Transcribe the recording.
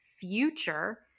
future